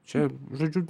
čia žodžiu